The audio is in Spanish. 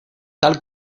tal